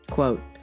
Quote